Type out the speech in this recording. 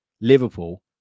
Liverpool